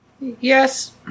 Yes